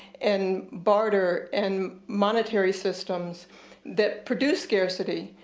and barter, and monetary systems that produce scarcity.